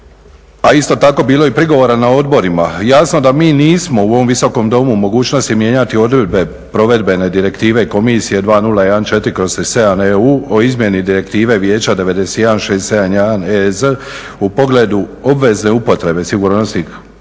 a isto tako bilo je i prigovora na odborima. Jasno da mi nismo u ovom visokom domu u mogućnosti mijenjati odredbe provedbene Direktive Komisije 2014/37 EU o izmjeni Direktive Vijeća 91671 EZ u pogledu obveze upotrebe sigurnosnih